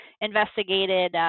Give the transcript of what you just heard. investigated